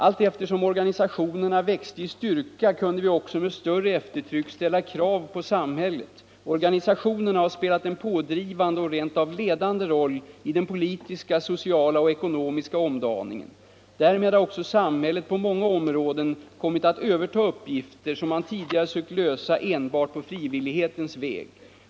”Allt efter som organisationerna växte i styrka kunde vi också med större eftertryck ställa krav på samhället. Organisationerna har spelat en pådrivande och rent av ledande roll i den politiska, sociala och ekonomiska omdaningen. Därmed har också samhället på många områden kommit att överta uppgifter, som man tidigare sökt lösa enbart på frivillighetens väg.